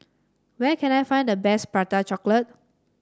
where can I find the best Prata Chocolate